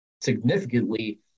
significantly